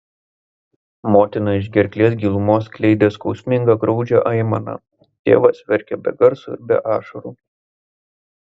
motina iš gerklės gilumos skleidė skausmingą graudžią aimaną tėvas verkė be garso ir be ašarų